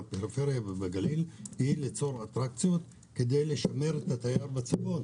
בפריפריה ובגליל היא ליצור אטרקציות כדי להשאיר את התייר בצפון,